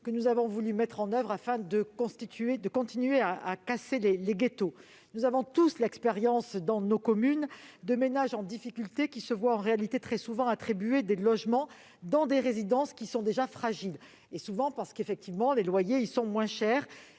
que nous avons voulu mettre en oeuvre afin de continuer à casser les ghettos. Nous avons tous l'expérience, dans nos communes, de ménages en difficulté qui se voient, en réalité, très souvent attribuer des logements dans des résidences déjà fragiles. De fait, les loyers y sont moins chers,